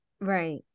Right